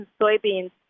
soybeans